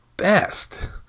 best